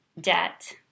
debt